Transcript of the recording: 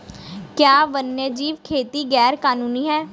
क्या वन्यजीव खेती गैर कानूनी है?